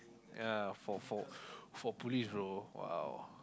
ya for for for police role !wow!